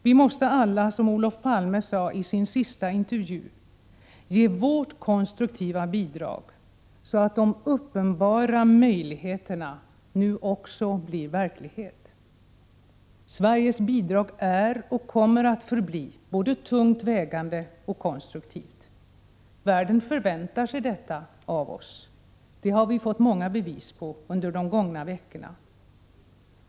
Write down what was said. Vi måste alla, som Olof Palme sade i sin sista intervju, ge vårt konstruktiva bidrag så att de uppenbara möjligheterna också blir verklighet. Sveriges bidrag är och kommer att förbli både tungt vägande och konstruktivt. Världen förväntar sig detta av oss — det har vi fått många bevis på under de gångna veckorna.